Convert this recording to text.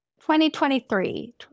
2023